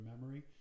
memory